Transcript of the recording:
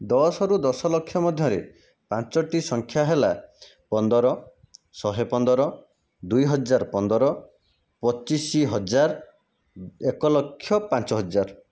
ଦଶ ରୁ ଦଶଲକ୍ଷ ମଧ୍ୟରେ ପାଞ୍ଚଟି ସଂଖ୍ୟା ହେଲା ପନ୍ଦର ଶହେପନ୍ଦର ଦୁଇହଜାର ପନ୍ଦର ପଚିଶହଜାର ଏକଲକ୍ଷ ପାଞ୍ଚହଜାର